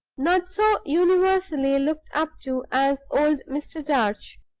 not so universally looked up to as old mr. darch.